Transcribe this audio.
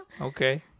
okay